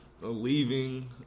leaving